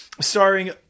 Starring